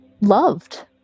loved